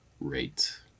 rate